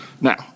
Now